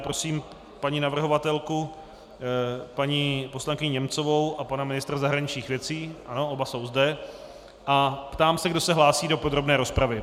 Prosím paní navrhovatelku, paní poslankyni Němcovou, a pana ministra zahraničních věcí, ano, oba jsou zde, a ptám se, kdo se hlásí do podrobné rozpravy.